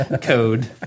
code